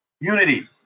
unity